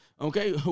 Okay